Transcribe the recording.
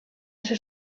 ser